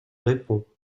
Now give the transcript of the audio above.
réponds